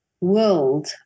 world